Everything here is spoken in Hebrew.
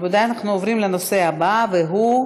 רבותי, אנחנו עוברים לנושא הבא, והוא: